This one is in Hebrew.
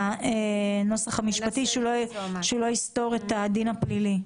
את הנוסח המשפטי, שהוא לא יסתור את הדין הפלילי.